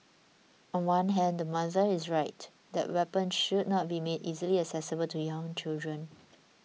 on one hand the mother is right that weapons should not be made easily accessible to young children